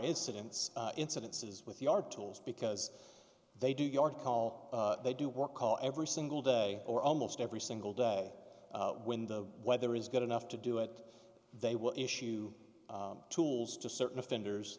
incidents incidences with the our tools because they do your call they do work call every single day or almost every single day when the weather is good enough to do it they will issue tools to certain offenders